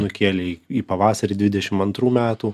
nukėlė į į pavasarį dvidešimt antrų metų